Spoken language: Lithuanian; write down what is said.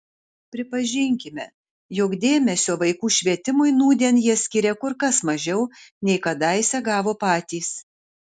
pripažinkime jog dėmesio vaikų švietimui nūdien jie skiria kur kas mažiau nei kadaise gavo patys